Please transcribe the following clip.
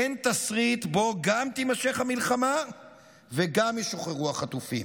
אין תסריט שבו גם תימשך המלחמה וגם ישוחררו החטופים,